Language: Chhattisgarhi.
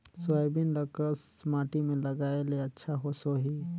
सोयाबीन ल कस माटी मे लगाय ले अच्छा सोही?